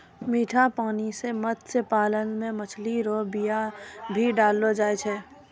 मीठा पानी मे मत्स्य पालन मे मछली रो बीया भी डाललो जाय छै